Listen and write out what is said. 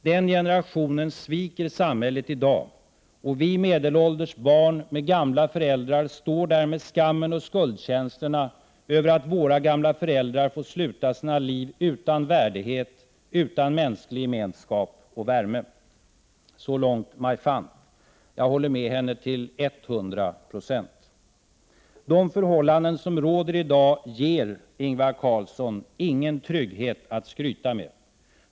Den generationen sviker samhället i dag, och vi medelålders barn med gamla föräldrar står där med skammen och skuldkänslorna över att våra gamla föräldrar får sluta sina liv utan värdighet, utan mänsklig gemenskap och värme.” Så långt Maj Fant — jag håller med henne till etthundra procent. De förhållanden som råder i dag ger, Ingvar Carlsson, ingen trygghet att skryta med.